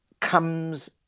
comes